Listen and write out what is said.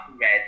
red